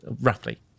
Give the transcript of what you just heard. roughly